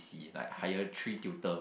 C like hire three tutor